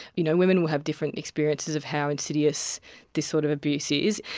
you know women will have different experiences of how insidious this sort of abuse is.